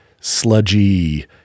sludgy